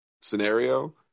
scenario